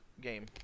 game